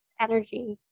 energy